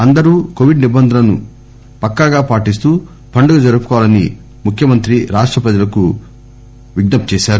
అందరూ కొవిడ్ నిబంధనలను పక్కాగా పాటిస్తూ పండుగ జరుపుకోవాలని ముఖ్యమంత్రి రాష్ట ప్రజలను కోరారు